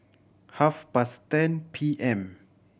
half past ten P M